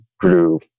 Grew